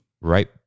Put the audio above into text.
right